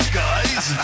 guys